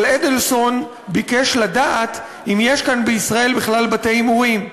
אבל אדלסון ביקש לדעת אם יש כאן בישראל בכלל בתי-הימורים.